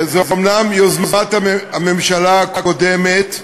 זו אומנם יוזמת הממשלה הקודמת,